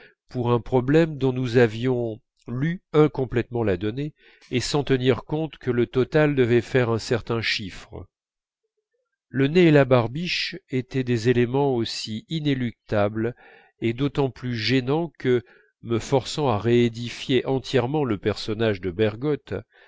pour un problème dont nous avions lu incomplètement la donnée et sans tenir compte que le total devait faire un certain chiffre le nez et la barbiche étaient des éléments aussi inéluctables et d'autant plus gênants que me forçant à réédifier entièrement le personnage de bergotte